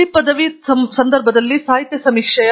D ತಯಾರಿಸುವ ಸಂದರ್ಭದಲ್ಲಿ ಸಾಹಿತ್ಯ ಸಮೀಕ್ಷೆ